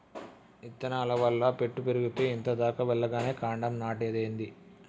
ఇత్తనాల వల్ల పెట్టు పెరిగేతే ఇంత దాకా వెల్లగానే కాండం నాటేదేంది